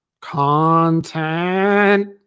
content